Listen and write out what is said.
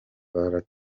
bahunga